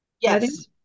Yes